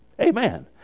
Amen